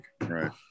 Right